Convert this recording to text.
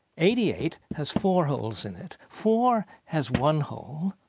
eighty eight has four holes in it. four has one hole,